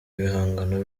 ibihangano